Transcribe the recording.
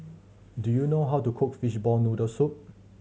do you know how to cook fishball noodle soup